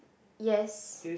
yes